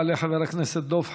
יעלה חבר הכנסת דב חנין,